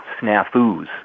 snafus